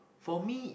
for me